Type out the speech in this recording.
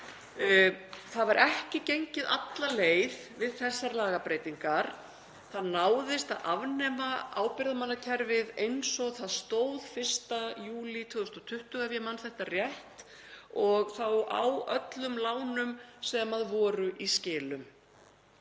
Það var ekki gengið alla leið við þessar lagabreytingar. Það náðist að afnema ábyrgðarmannakerfið eins og það stóð 1. júlí 2020, ef ég man þetta rétt, og þá á öllum lánum sem voru í skilum.